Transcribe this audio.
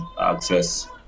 access